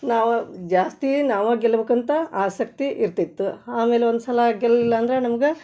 ನಾವು ಜಾಸ್ತಿ ನಾವು ಗೆಲ್ಲಬೇಕಂತ ಆಸಕ್ತಿ ಇರ್ತಿತ್ತು ಆಮೇಲೆ ಒಂದು ಸಲ ಗೆಲ್ಲಿಲ್ಲ ಅಂದ್ರೆ ನಮ್ಗೆ